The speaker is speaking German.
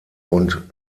und